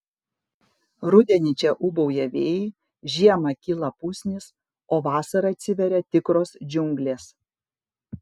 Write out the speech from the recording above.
rudenį čia ūbauja vėjai žiemą kyla pusnys o vasarą atsiveria tikros džiunglės